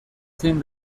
zein